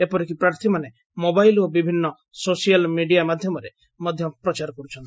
ଏପରିକି ପ୍ରାର୍ଥୀମାନେ ମୋବାଇଲ ଓ ବିଭିନ୍ନ ସୋସିଆଲ ମିଡ଼ିଆ ମାଧ୍ଧମରେ ମଧ୍ଧ ପ୍ରଚାର କରୁଛନ୍ତି